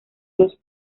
dos